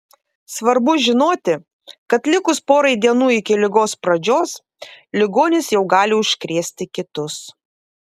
svarbu žinoti kad likus porai dienų iki ligos pradžios ligonis jau gali užkrėsti kitus